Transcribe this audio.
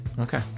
okay